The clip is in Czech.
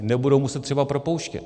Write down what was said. Nebudou muset třeba propouštět.